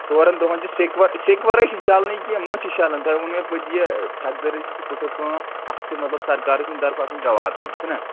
ژورَن دۄہَن چھِ سیٚکہِ وَ سیٚکہِ وَرٲے چھِنہٕ چَلانٕے کینٛہہ ما چھِ چَلان تۄہہِ ووٚنُو مےٚ پَتہٕ یہِ ٹھیٚکدٔری چھِ یہِ چھِ پُٹھٕ کٲم اَتھ چھِ مطلب سَرکار سٕنٛدِ طرفہٕ آسان جَواب دیُٚن چھُنہ